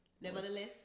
Nevertheless